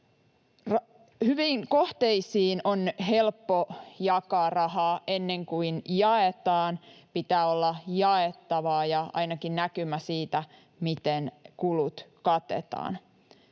Hyviin kohteisiin on helppo jakaa rahaa. Ennen kuin jaetaan, pitää olla jaettavaa ja ainakin näkymä siitä, miten kulut katetaan.